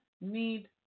need